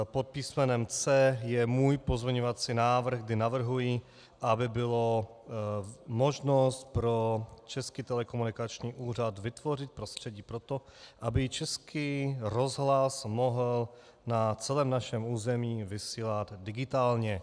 Pod písmenem C je můj pozměňovací návrh, kde navrhuji, aby byla možnost pro Český telekomunikační úřad vytvořit prostředí pro to, aby Český rozhlas mohl na celém našem území vysílat digitálně.